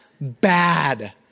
bad